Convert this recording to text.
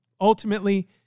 ultimately